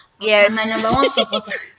yes